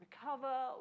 recover